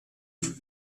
him